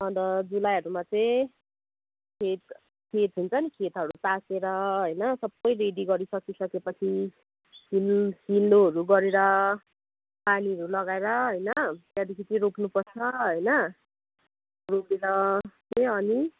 अन्त जुलाईहरूमा चाहिँ खेत खेत हुन्छ खेतहरू ताछेर होइन सबै रेडी गरिसके सकेपछि हिल हिलो गरेर पानीहरू लगाएर होइन त्यहाँदेखि चाहिँ रोप्नुपर्छ होइन रोपेर चाहिँ अनि